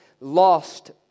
lost